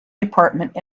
department